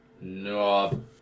No